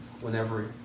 whenever